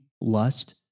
lust